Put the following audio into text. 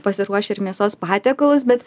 pasiruošę ir mėsos patiekalus bet